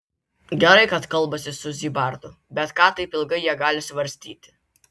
gerai kad kalbasi su zybartu bet ką taip ilgai jie gali svarstyti